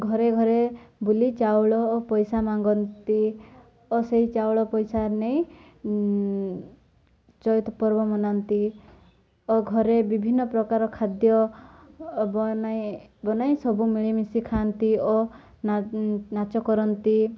ଘରେ ଘରେ ବୁଲି ଚାଉଳ ଓ ପଇସା ମାଗନ୍ତି ଓ ସେଇ ଚାଉଳ ପଇସା ନେଇ ଚୈତ ପର୍ବ ମନାନ୍ତି ଓ ଘରେ ବିଭିନ୍ନ ପ୍ରକାର ଖାଦ୍ୟ ବନାଇ ବନାଇ ସବୁ ମିଳିମିଶି ଖାଆନ୍ତି ଓ ନାଚ କରନ୍ତି